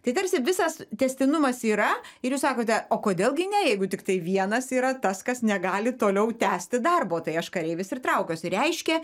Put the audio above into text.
tai tarsi visas tęstinumas yra ir jūs sakote o kodėl gi ne jeigu tiktai vienas yra tas kas negali toliau tęsti darbo tai aš kareivis ir traukiuosi reiškia